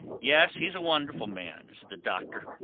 yes, he's a wonderful man is the doctor.